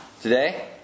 Today